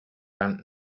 ant